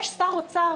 יש שר אוצר,